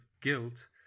guilt